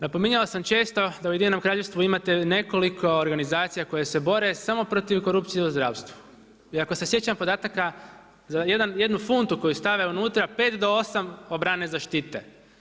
Napominjao sam često da u Ujedinjenom Kraljevstvu imate nekoliko organizacija koja se bore samo protiv korupcija u zdravstvu i ako se sjećam podataka, jednu funtu koju stave unutra pet do osam obrane, zaštite.